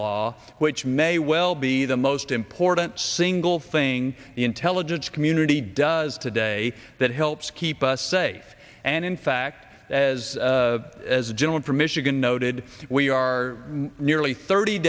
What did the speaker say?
law which may well be the most important single thing the intelligence community does today that helps keep us safe and in fact as as a gentleman from michigan noted we are nearly thirty